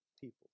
people